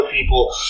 people